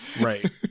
right